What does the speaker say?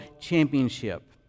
championship